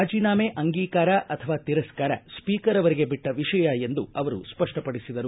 ರಾಜಿನಾಮೆ ಅಂಗೀಕಾರ ಅಥವಾ ತಿರಸ್ಕಾರ ಸ್ವೀಕರ್ ಅವರಿಗೆ ಬಿಟ್ಟ ವಿಷಯ ಎಂದು ಅವರು ಸ್ಪಷ್ಟ ಪಡಿಸಿದರು